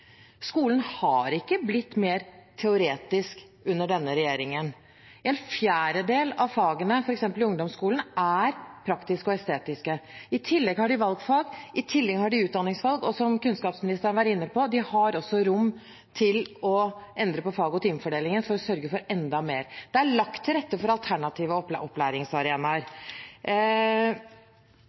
Skolen har ikke blitt mer teoretisk under denne regjeringen. En fjerdedel av fagene, f.eks. i ungdomsskolen, er praktiske og estetiske. I tillegg har de valgfag. I tillegg har de utdanningsvalg. De har også, som kunnskapsministeren var inne på, rom til å endre på fag- og timefordelingen for å sørge for enda mer. Det er lagt til rette for alternative opplæringsarenaer.